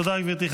תודה גברתי.